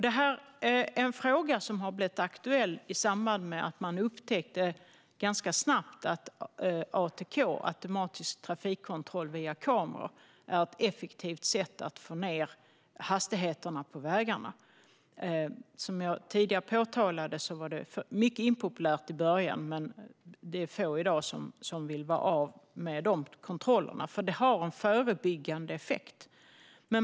Det här är en fråga som har blivit aktuell i samband med att man ganska snabbt upptäckte att ATK, automatisk trafikkontroll via kameror, är ett effektivt sätt att få ned hastigheterna på vägarna. Som jag tidigare påpekade var det här mycket impopulärt i början, men det är få i dag som vill bli av med de här kontrollerna, för de har en förebyggande effekt.